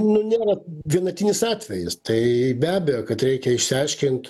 nu nėra vienetinis atvejis tai be abejo kad reikia išsiaiškint